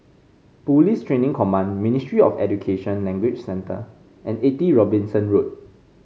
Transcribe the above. Police Training Command Ministry of Education Language Centre and Eighty Robinson Road